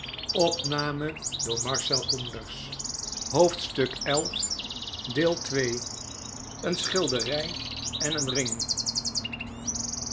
veene schilderij en een ring